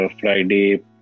Friday